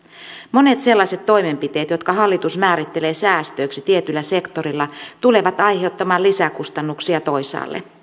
monet sellaiset toimenpiteet jotka hallitus määrittelee säästöiksi tietyllä sektorilla tulevat aiheuttamaan lisäkustannuksia toisaalle